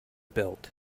built